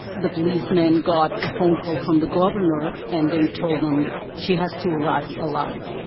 the policemen got a phone call from the governor and they told them, she has to arrive alive.